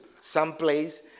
someplace